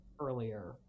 earlier